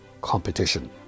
competition